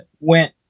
went